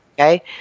Okay